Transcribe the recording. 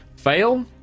Fail